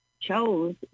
chose